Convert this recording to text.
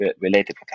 related